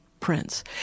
Prince